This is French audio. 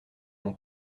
mon